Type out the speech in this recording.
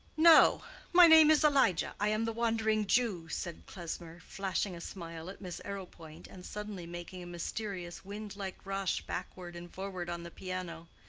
no my name is elijah. i am the wandering jew, said klesmer, flashing a smile at miss arrowpoint, and suddenly making a mysterious, wind-like rush backward and forward on the piano.